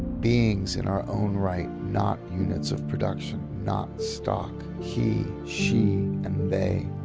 beings in our own right, not units of production. not stock. he, she, and they,